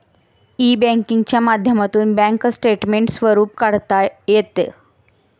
E बँकिंगच्या माध्यमातून bank स्टेटमेंटचे स्वरूप काढता येतं